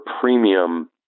premium